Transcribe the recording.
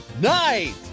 Night